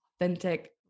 authentic